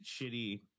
shitty